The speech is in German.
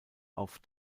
auf